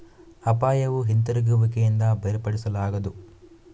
ಅಪಾಯವು ಹಿಂತಿರುಗುವಿಕೆಯಿಂದ ಬೇರ್ಪಡಿಸಲಾಗದು